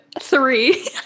Three